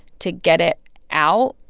to get it out.